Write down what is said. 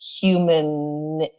human